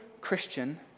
Christian